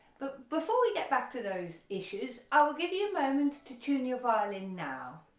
but before we get back to those issues i will give you a moment to tune your violin now.